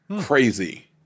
Crazy